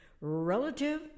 relative